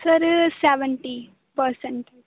sir seventy percent